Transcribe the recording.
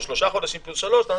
או שלושה חודשים פלוס שלושה חודשים,